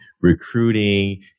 recruiting